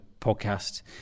podcast